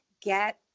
Get